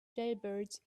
jailbirds